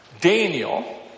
Daniel